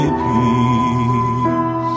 peace